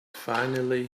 finally